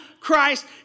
Christ